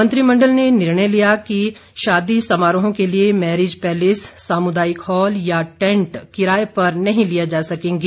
मंत्रिमंडल ने निर्णय लिया कि शादी समारोहों के लिए मैरिज पैलेस सामुदायिक हॉल या टैंट किराये पर नहीं लिये जा सकेंगे